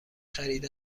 خرید